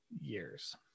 years